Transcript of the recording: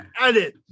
edit